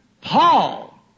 Paul